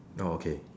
oh okay